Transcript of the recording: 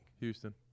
houston